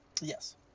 Yes